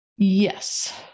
Yes